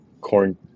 corn